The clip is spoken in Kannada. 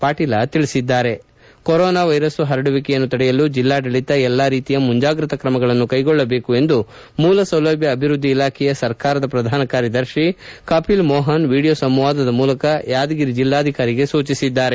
ಪಾಟೀಲ ತಿಳಿಸಿದ್ದಾರೆ ಕೊರೋನಾ ವೈರಸ್ ಪರಡುವಿಕೆಯನ್ನು ತಡೆಯಲು ಜಿಲ್ಲಾಡಳಿತ ಎಲ್ಲಾ ರೀತಿಯ ಮುಂಜಾಗ್ರತಾ ತ್ರಮಗಳನ್ನು ಕೈಗೊಳ್ಳಬೇಕು ಎಂದು ಮೂಲಸೌಲಭ್ಯ ಅಭಿವೃದ್ಧಿ ಇಲಾಖೆಯ ಸರ್ಕಾರದ ಪ್ರಧಾನ ಕಾರ್ಯದರ್ಶಿ ಕಪಿಲ್ ಮೋಹನ್ ವೀಡಿಯೊ ಸಂವಾದದ ಮೂಲಕ ಯಾದಗಿರಿ ಜಿಲ್ಲಾಧಿಕಾರಿಗೆ ಸೂಚಿಸಿದ್ದಾರೆ